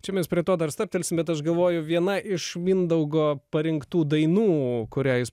čia mes prie to dar stabtelsim bet aš galvoju viena iš mindaugo parinktų dainų kurią jis